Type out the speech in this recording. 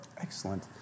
Excellent